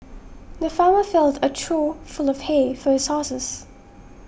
the farmer filled a trough full of hay for his horses